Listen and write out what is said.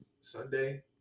sunday